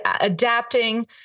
adapting